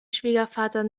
schwiegervater